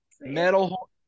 metal